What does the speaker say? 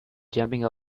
jumping